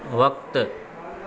वक़्ति